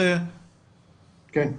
כן,